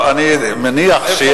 אני מחליף אותך,